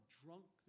drunk